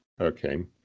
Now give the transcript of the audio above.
okay